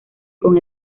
con